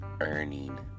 earning